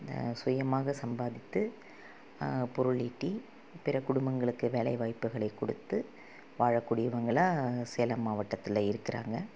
இதை சுயமாக சம்பாதித்து பொருள் ஈட்டி பிற குடும்பங்களுக்கு வேலை வாய்ப்புகளை கொடுத்து வாழக்கூடியவங்களாக சேலம் மாவட்டத்தில் இருக்கிறாங்க